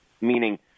meaning